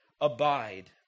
Abide